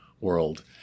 world